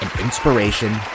inspiration